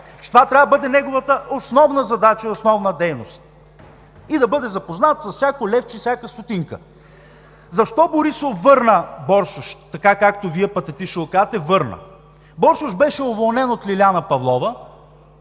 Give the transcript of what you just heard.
това трябва да бъде неговата основна задача и основна дейност. И да бъде запознат с всяко левче, с всяка стотинка. Защо Борисов върна Боршош, както Вие патетично го казвате – „върна“? Боршош беше уволнен от Лиляна Павлова